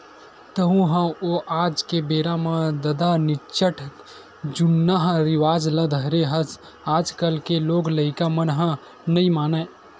तँहू ह ओ आज के बेरा म ददा निच्चट जुन्नाहा रिवाज ल धरे हस आजकल के लोग लइका मन ह नइ मानय